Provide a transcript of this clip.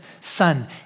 son